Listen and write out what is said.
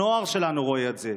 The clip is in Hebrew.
הנוער שלנו רואה את זה.